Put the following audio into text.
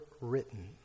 written